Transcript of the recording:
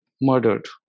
murdered